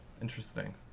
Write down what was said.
interesting